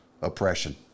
oppression